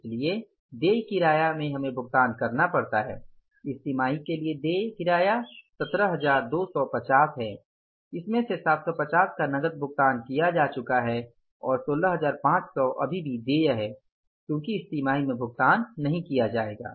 इसलिए देय किराए में हमें भुगतान करना पड़ता है इस तिमाही के लिए देय किराया 17250 है इसमें से 750 का नकद भुगतान किया जा चूका है और 16500 अभी भी देय है क्योंकि इस तिमाही में भुगतान नहीं किया जाएगा